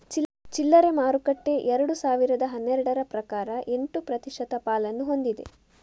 ಚಿಲ್ಲರೆ ಮಾರುಕಟ್ಟೆ ಎರಡು ಸಾವಿರದ ಹನ್ನೆರಡರ ಪ್ರಕಾರ ಎಂಟು ಪ್ರತಿಶತ ಪಾಲನ್ನು ಹೊಂದಿದೆ